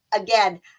again